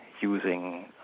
using